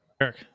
Eric